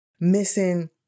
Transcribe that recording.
missing